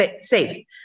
safe